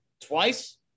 twice